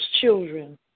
children